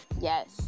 Yes